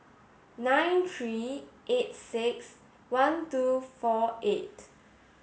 nine three eight six one two four eight